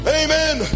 amen